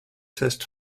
test